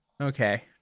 Okay